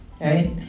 right